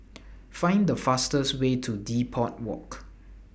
Find The fastest Way to Depot Walk